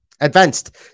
advanced